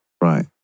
Right